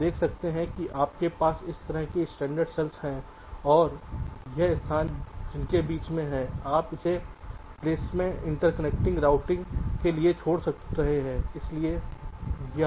आप देख सकते हैं कि आपके पास इस तरह की स्टैंडर्ड सेल्स हैं और यह स्थान जिसके बीच में है आप इसे इंटरकनेक्ट रूटिंग के लिए छोड़ रहे हैं